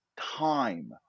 time